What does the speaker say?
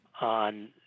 on